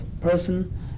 person